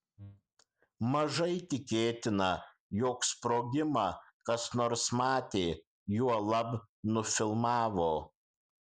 mažai tikėtina jog sprogimą kas nors matė juolab nufilmavo